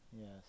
Yes